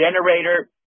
generator